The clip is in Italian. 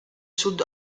sud